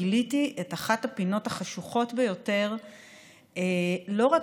גיליתי את אחת הפינות החשוכות ביותר לא רק